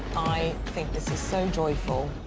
i think this is so joyful